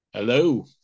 Hello